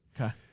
Okay